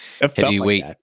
heavyweight